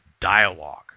dialogue